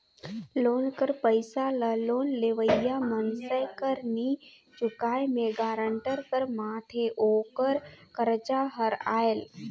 loan कर पइसा ल लोन लेवइया मइनसे कर नी चुकाए में गारंटर कर माथे ओकर करजा हर आएल